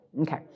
Okay